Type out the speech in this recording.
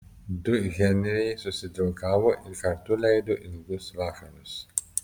du henriai susidraugavo ir kartu leido ilgus vakarus